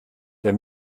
der